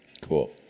Cool